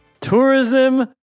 Tourism